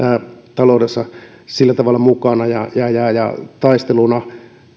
taloudessa mukana ja ja taisteluna